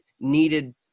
needed